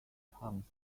times